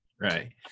Right